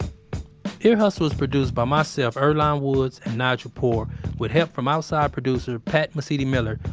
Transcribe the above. ear hustle is produced by myself, earlonne woods, and nigel poor with help from outside producer pat mesiti-miller,